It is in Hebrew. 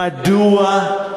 מדוע,